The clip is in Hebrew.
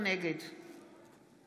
נגד